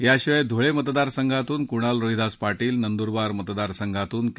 याशिवाय धुळे मतदारसंघातून कुणाल रोहिदास पाटील नंदुरबार मतदारसंघातून के